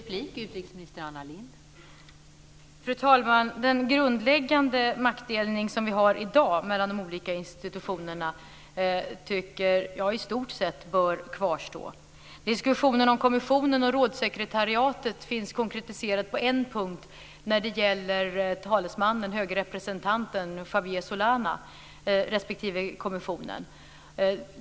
Fru talman! Den grundläggande maktdelning som vi har i dag mellan de olika institutionerna tycker jag i stort sett bör kvarstå. Diskussionen om kommissionen och rådssekretariatet finns konkretiserad på en punkt när det gäller talesmannen, den höge representanten Javier Solana, respektive kommissionen.